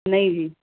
ਨਹੀਂ ਜੀ